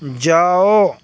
جاؤ